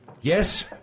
Yes